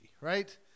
Right